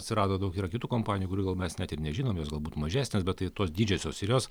atsirado daug yra kitų kompanijų kurių gal mes net ir nežinom jos galbūt mažesnės bet tai tos didžiosios ir jos